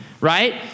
right